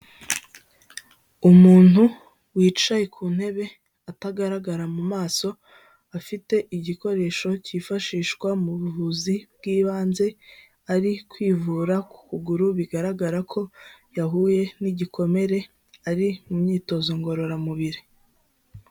Umuntu wicaye ku ntebe atagaragara mu maso, afite igikoresho cyifashishwa mu buvuzi bw'ibanze, ari kwivura ku kuguru bigaragara ko yahuye n'igikomere ari mu myitozo ngororamubiri.